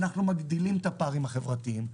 אנחנו מגדילים את הפערים החברתיים.